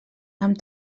amb